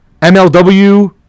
MLW